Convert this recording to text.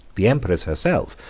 the empress herself,